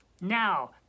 Now